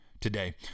today